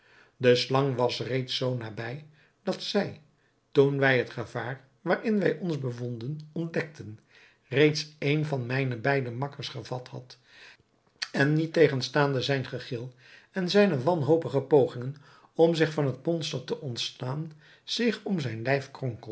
de slang was reeds zoo nabij dat zij toen wij het gevaar waarin wij ons bevonden ontdekten reeds een van mijne beide makkers gevat had en niettegenstaande zijn gegil en zijne wanhopige pogingen om zich van het monster te ontslaan zich om zijn